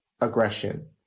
aggression